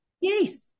Yes